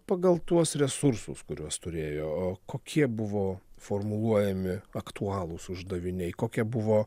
pagal tuos resursus kuriuos turėjo kokie buvo formuluojami aktualūs uždaviniai kokie buvo